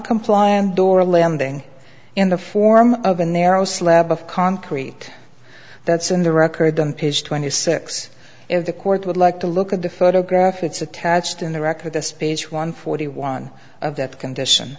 compliant door landing in the form of a narrow slab of concrete that's in the record on page twenty six if the court would like to look at the photograph it's attached in the record this page one forty one of that condition